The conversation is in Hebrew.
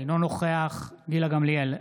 אינו נוכח גילה גמליאל,